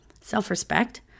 self-respect